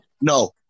No